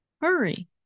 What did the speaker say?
Hurry